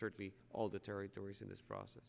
certainly all the territories in this process